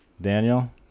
Daniel